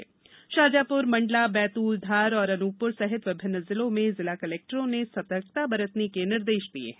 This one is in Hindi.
छतरपुर बुरहानपुर खंडवा शाजापुर मंडला बैतूल धार और अनूपपुर सहित विभिन्न जिलों में जिला कलेक्टरों ने सतर्कता बरतने के निर्देश दिये हैं